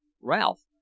Ralph